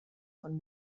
von